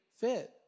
fit